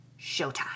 Showtime